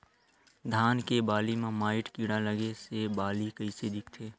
धान के बालि म माईट कीड़ा लगे से बालि कइसे दिखथे?